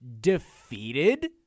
defeated